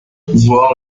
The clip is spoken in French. voir